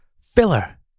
filler